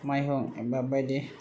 माइहुं एबा बायदि